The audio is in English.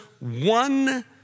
one